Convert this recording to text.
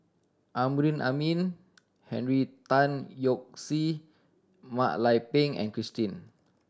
Amrin Amin Henry Tan Yoke See Mak Lai Peng and Christine